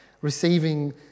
receiving